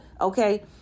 okay